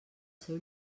seu